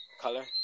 color